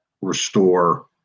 restore